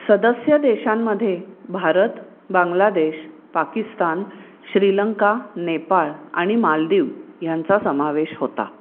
सदस्य देशांमध्ये भारत बांग्लादेश पाकिस्तान श्रीलंका नेपाळ आणि मालदिव यांचा समावेश होता